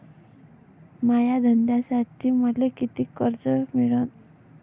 माया धंद्यासाठी मले कितीक कर्ज मिळनं?